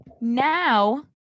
now